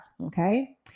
Okay